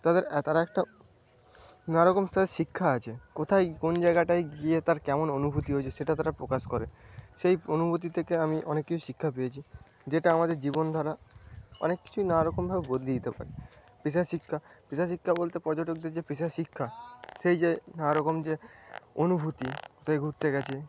তাদের তারা একটা নানারকম তাদের শিক্ষা আছে কোথায় কোন জায়গাটায় গিয়ে তার কেমন অনুভূতি হয়েছে সেটা তারা প্রকাশ করে সেই অনুভূতি থেকে আমি অনেক কিছু শিক্ষা পেয়েছি যেটা আমাদের জীবনধারা অনেক কিছুই নানারকমভাবে বদলে দিতে পারে পেশা শিক্ষা পেশা শিক্ষা বলতে পর্যটকদের যে পেশা শিক্ষা সেই যে নানারকম যে অনুভূতি যে ঘুরতে গেছে